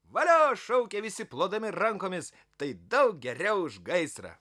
valio šaukė visi plodami rankomis tai daug geriau už gaisrą